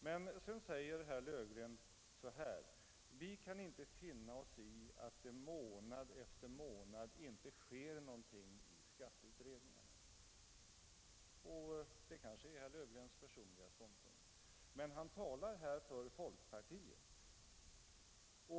Men sedan säger herr Löfgren: Vi kan inte finna oss i att det månad efter månad inte sker någonting i skatteutredningarna. Det är kanske herr Löfgrens personliga ståndpunkt, men han talar här för folkpartiet.